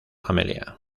amelia